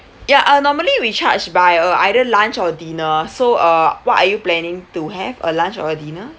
ya uh normally we charge by uh either lunch or dinner so uh what are you planning to have a lunch or a dinner